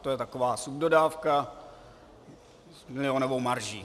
To je taková subdodávka s milionovou marží.